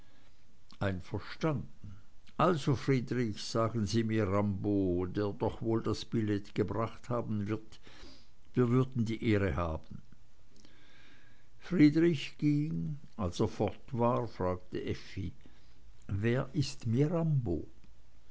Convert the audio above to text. einverstanden also friedrich sagen sie mirambo der doch wohl das billett gebracht haben wird wir würden die ehre haben friedrich ging als er fort war fragte effi wer ist mirambo